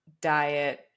diet